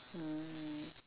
mm